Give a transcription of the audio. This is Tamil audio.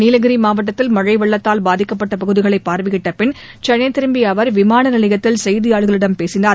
நீலகிரி மாவட்டத்தில் மழை வெள்ளத்தால் பாதிக்கப்பட்ட பகுதிகளை பார்வையிட்ட பின் சென்னை திரும்பிய அவர் விமான நிலையத்தில் செய்தியாளர்களிடம் பேசினார்